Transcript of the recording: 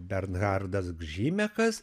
bernardas gžimekas